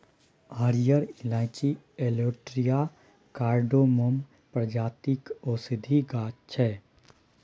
हरियर इलाईंची Elettaria cardamomum प्रजातिक औषधीक गाछ छै